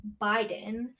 biden